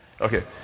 Okay